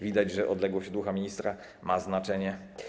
Widać, że odległość od ucha ministra ma znaczenie.